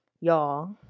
y'all